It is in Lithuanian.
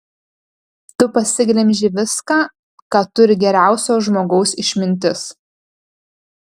tu pasiglemžei viską ką turi geriausio žmogaus išmintis